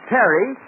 Terry